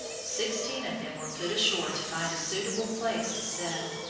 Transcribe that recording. sixteen of them were put ashore to find a suitable place to settle.